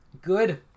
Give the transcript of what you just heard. Good